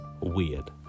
Weird